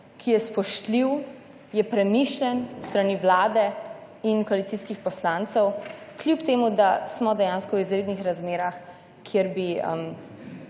ki je spoštljiv, je premišljen s strani Vlade in koalicijskih poslancev, kljub temu, da smo dejansko v izrednih razmerah, kjer bi